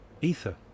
ether